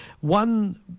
one